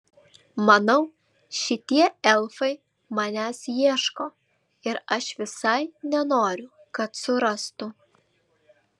manau šitie elfai manęs ieško ir aš visai nenoriu kad surastų